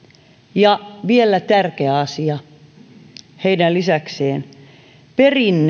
ja vielä tärkeä asia heidän lisäkseen perinteen